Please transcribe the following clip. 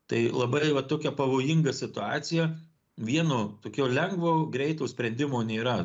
tai labai va tokia pavojinga situacija vieno tokio lengvo greito sprendimo nėra